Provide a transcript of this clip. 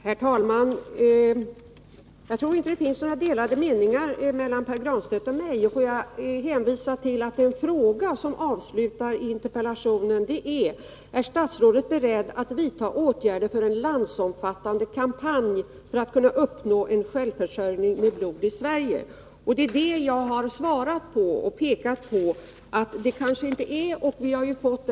Herr talman! Jag tror inte att Pär Granstedt och jag har delade meningar om detta. Låt mig hänvisa till att den fråga som avslutar inperpellationen lyder: ”Är statsrådet beredd att vidta åtgärder för en landsomfattande kampanj för uppnående av en självförsörjning med blod i Sverige?” Det är den frågan jag har svarat på, och jag har pekat på att det kanske inte är möjligt.